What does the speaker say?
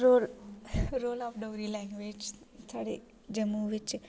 roar role of Dogri language साढ़े जम्मू बिच्च